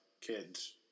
kids